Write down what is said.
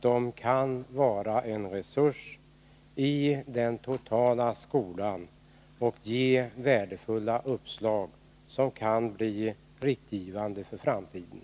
De kan vara en resurs i den totala skolan och ge värdefulla uppslag som kan komma att ange inriktningen för framtiden.